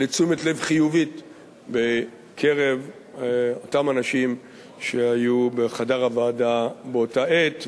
לתשומת לב חיובית בקרב אותם אנשים שהיו בחדר הוועדה באותה עת,